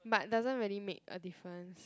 but doesn't really make a difference